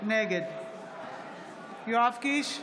נגד יואב קיש,